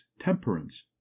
temperance